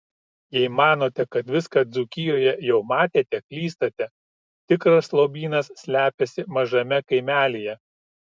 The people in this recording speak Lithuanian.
jei manote kad viską dzūkijoje jau matėte klystate tikras lobynas slepiasi mažame kaimelyje